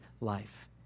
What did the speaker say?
life